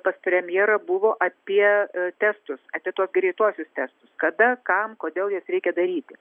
pas premjerą buvo apie testus apie tuos greituosius testus kada kam kodėl juos reikia daryti